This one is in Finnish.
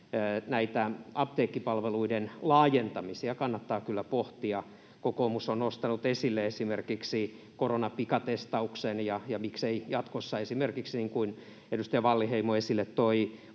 näitä apteekkipalveluiden laajentamisia kannattaa kyllä pohtia. Kokoomus on nostanut esille esimerkiksi koronapikatestauksen, ja miksei jatkossa esimerkiksi, niin kuin edustaja Wallinheimo esille toi,